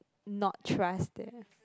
not trust them